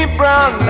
brown